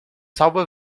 salva